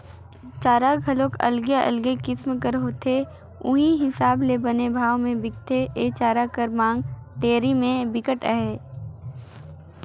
चारा हर घलोक अलगे अलगे किसम कर होथे उहीं हिसाब ले बने भाव में बिकथे, ए चारा कर मांग डेयरी में बिकट अहे